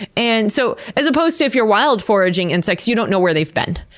and so as opposed to if you're wild-foraging insects, you don't know where they've been.